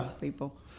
people